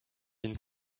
ihnen